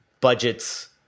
budgets